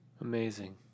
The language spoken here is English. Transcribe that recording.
Amazing